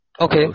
okay